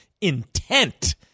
intent